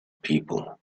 people